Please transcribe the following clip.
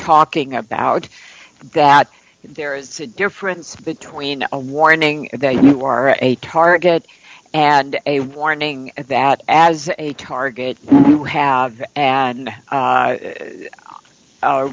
talking about that there is a difference between a warning that you are a target and a warning that as a target to have an